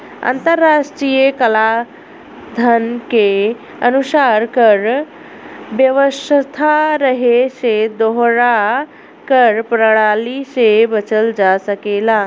अंतर्राष्ट्रीय कलाधन के अनुसार कर व्यवस्था रहे से दोहरा कर प्रणाली से बचल जा सकेला